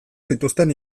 zituzten